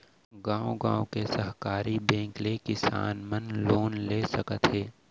गॉंव गॉंव के सहकारी बेंक ले किसान मन लोन ले सकत हे